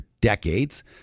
decades